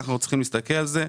כך אנחנו צריכים להסתכל על זה.